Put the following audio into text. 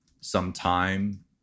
Sometime